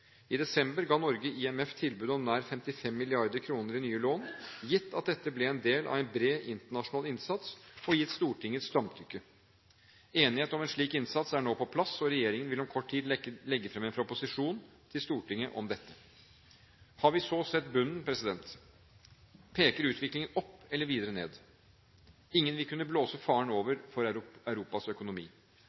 I desember ga Norge IMF tilbud om nær 55 mrd. kr i nye lån, gitt at dette ble en del av en bred internasjonal innsats, og gitt Stortingets samtykke. Enighet om en slik innsats er nå på plass, og regjeringen vil om kort tid legge fram en proposisjon til Stortinget om dette. Har vi så sett bunnen? Peker utviklingen opp eller videre ned? Ingen vil kunne blåse «faren over» for Europas økonomi.